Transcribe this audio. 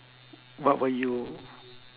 what will you